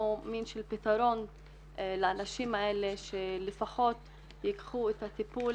פתרון לאנשים האלה שלפחות יקבלו את הטיפול